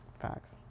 Facts